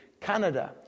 Canada